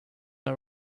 are